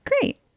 Great